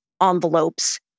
envelopes